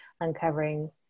uncovering